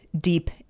deep